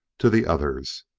to the others.